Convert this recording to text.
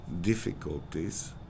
difficulties